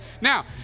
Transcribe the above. Now